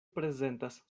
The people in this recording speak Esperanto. prezentas